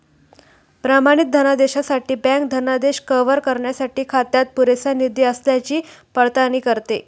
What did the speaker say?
प्रमाणित धनादेशासाठी बँक धनादेश कव्हर करण्यासाठी खात्यात पुरेसा निधी असल्याची पडताळणी करते